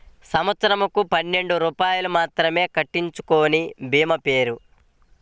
సంవత్సరంకు పన్నెండు రూపాయలు మాత్రమే కట్టించుకొనే భీమా పేరు?